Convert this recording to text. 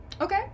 Okay